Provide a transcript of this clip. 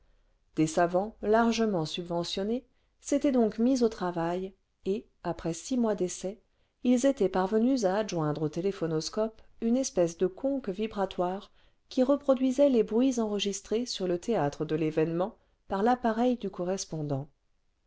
des savants largement subventionnés s'étaient donc mis au travail et après six mois d'essais ils étaient parvenus à adjoindre au téléphonoscope une espèce de conque vibratoire qui reproduisait les bruits enregistrés sur le théâtre de l'événement par l'appareil du correspondant